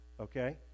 Okay